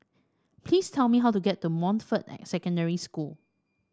please tell me how to get to Montfort Secondary School